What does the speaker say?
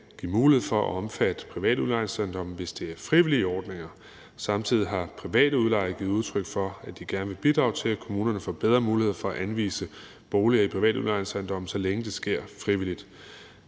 give mulighed for at omfatte private udlejningsejendomme, hvis det er frivillige ordninger. Samtidig har private udlejere givet udtryk for, at de gerne vil bidrage til, at kommunerne får bedre muligheder for at anvise boliger i private udlejningsejendomme, så længe det sker frivilligt.